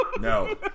No